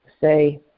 say